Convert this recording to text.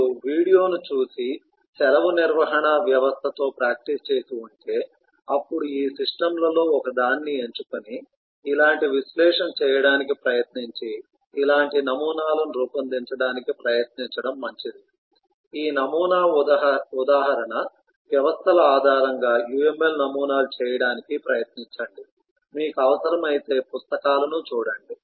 మీరు వీడియోను చూసి సెలవు నిర్వహణ వ్యవస్థతో ప్రాక్టీస్ చేసి ఉంటే అప్పుడు ఈ సిస్టమ్లలో ఒకదాన్ని ఎంచుకొని ఇలాంటి విశ్లేషణ చేయడానికి ప్రయత్నించి ఇలాంటి నమూనాలను రూపొందించడానికి ప్రయత్నించడం మంచిది ఈ నమూనా ఉదాహరణ వ్యవస్థల ఆధారంగా UML నమూనాలు చేయడానికి ప్రయత్నించండి మీకు అవసరమైతే పుస్తకాలను చూడండి